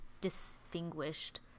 distinguished